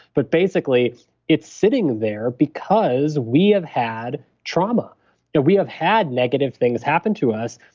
but basically it's sitting there because we have had trauma and we have had negative things happen to us,